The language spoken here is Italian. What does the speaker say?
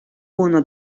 una